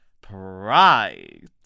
pride